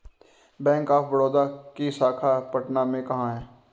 Bank of Baroda की शाखा पटना में कहाँ है?